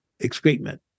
excrement